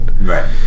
Right